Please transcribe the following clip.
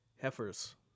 heifers